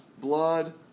blood